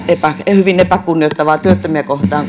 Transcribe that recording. hyvin epäkunnioittava työttömiä kohtaan